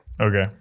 okay